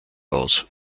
aus